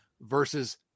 versus